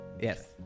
Yes